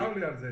צר לי על זה.